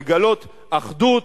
לגלות אחדות,